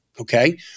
okay